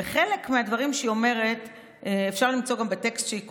וחלק מהדברים שהיא אומרת אפשר למצוא גם בטקסט שהיא כותבת: